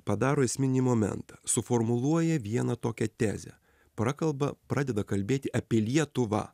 padaro esminį momentą suformuluoja vieną tokią tezę prakalba pradeda kalbėti apie lietuvą